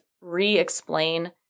re-explain